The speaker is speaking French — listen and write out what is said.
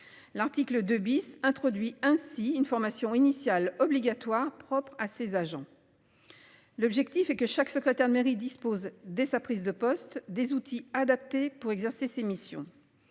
L'article 2 bis introduit ainsi une formation initiale obligatoire propre à ses agents. L'objectif est que chaque secrétaire de mairie dispose dès sa prise de poste, des outils adaptés pour exercer ses missions.